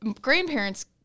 grandparents